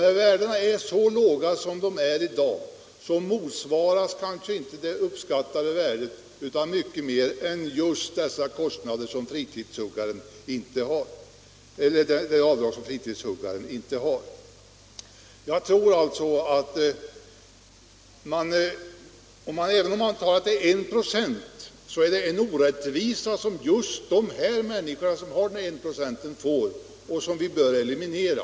När värdet av sådan ved är så lågt som f. n. motsvarar den beskattade förmånen härav kanske inte mer än just de kostnader för vilka fritidshuggaren inte har rätt att göra avdrag. Jag tror alltså att även om man antar att bara 1 96 utgör avfallsved är det en orättvis förmån för just de människor som har denna enda procent, och det är en orättvisa som vi bör eliminera.